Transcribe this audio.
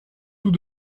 tout